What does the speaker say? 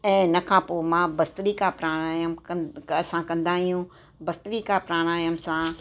ऐं इनखां पोइ मां भस्त्रिका प्राणायाम कं असां कंदा आहियूं भस्त्रिका प्राणायाम सां